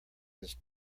his